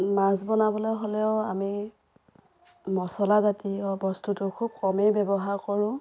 মাছ বনাবলৈ হ'লেও আমি মছলা জাতীয় বস্তুটো খুব কমেই ব্য়ৱহাৰ কৰোঁ